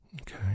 Okay